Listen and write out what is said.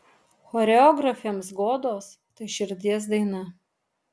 choreografėms godos tai širdies daina